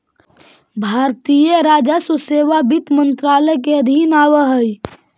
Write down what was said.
भारतीय राजस्व सेवा वित्त मंत्रालय के अधीन आवऽ हइ